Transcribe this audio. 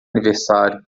aniversário